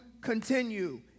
continue